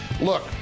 Look